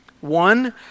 One